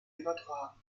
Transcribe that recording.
übertragen